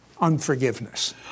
unforgiveness